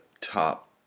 top